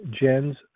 jen's